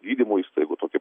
gydymo įstaigų tokį